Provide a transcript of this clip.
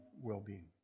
well-being